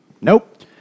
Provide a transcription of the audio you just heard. Nope